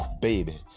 baby